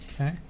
Okay